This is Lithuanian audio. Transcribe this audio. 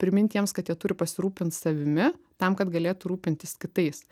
priminti jiems kad jie turi pasirūpint savimi tam kad galėtų rūpintis kitais